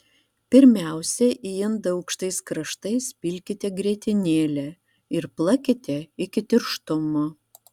pirmiausia į indą aukštais kraštais pilkite grietinėlę ir plakite iki tirštumo